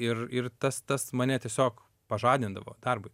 ir ir tas tas mane tiesiog pažadindavo darbui